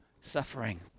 suffering